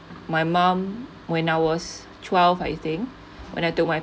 my mum when I was twelve I think when I took my